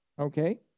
Okay